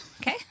Okay